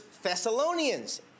Thessalonians